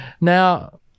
Now